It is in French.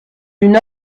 une